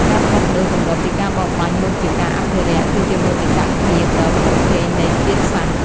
ការផ្លាស់ប្តូរទម្លាប់ពីការបរបាញ់មកជាការអភិរក្ស គឺជាមោទកភាពដ៏ធំធេងនៃជាតិសាសន៍។